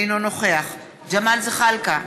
אינו נוכח ג'מאל זחאלקה,